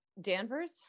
Danvers